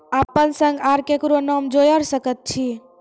अपन संग आर ककरो नाम जोयर सकैत छी?